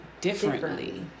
differently